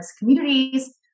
communities